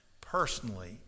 personally